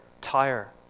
tire